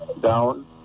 down